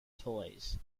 toys